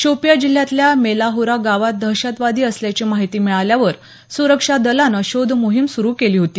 शोपिया जिल्ह्यातल्या मेलाहोरा गावात दहशतवादी असल्याची माहिती मिळाल्यावर सुरक्षा दलानं शोधमोहीम सुरु केली होती